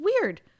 weird